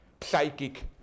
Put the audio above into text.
psychic